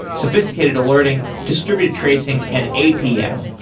sophisticated alerting, distributed tracing and apm.